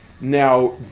Now